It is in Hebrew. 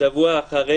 שבוע אחרי